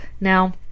Now